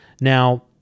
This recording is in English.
Now